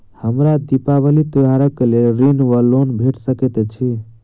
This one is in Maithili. हमरा दिपावली त्योहारक लेल ऋण वा लोन भेट सकैत अछि?